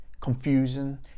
confusion